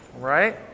Right